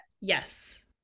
yes